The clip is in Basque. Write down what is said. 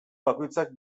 bakoitzak